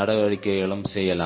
நடவடிக்கைகளையும் செய்யலாம்